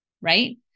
right